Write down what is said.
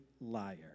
liar